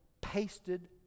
pasted